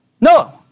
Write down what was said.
No